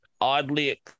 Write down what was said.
oddly